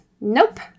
Nope